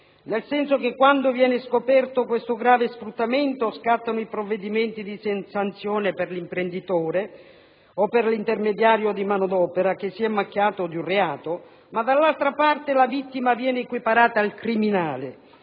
e due misure. Quando viene scoperto questo grave sfruttamento scattano i provvedimenti di sanzione per l'imprenditore o per l'intermediario di manodopera che si è macchiato di un reato, ma la vittima viene equiparata al criminale,